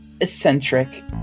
eccentric